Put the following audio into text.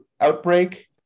outbreak